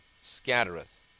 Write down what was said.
scattereth